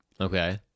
Okay